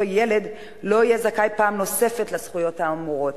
ילד לא יהיה זכאי פעם נוספת לזכויות האמורות,